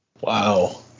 wow